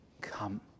Come